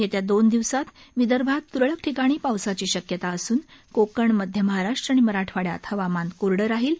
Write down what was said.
येत्या दोन दिवसांत विदर्भात त्रळक ठिकाणी पावसाची शक्यता असून कोकण मध्य महाराष्ट्र आणि मराठवाड़यात हवामान कोरडं राहील